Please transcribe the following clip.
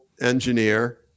engineer